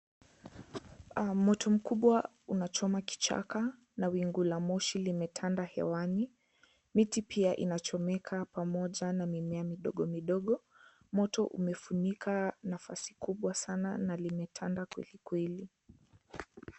Moto mkubwa unachoma kichaka na wingu la moshi limetanda hewani, miti pia inachomeka pamoja na mimea midogomidogo, moto umefunika nafasi kubwa sana na limetanda kwelikweli.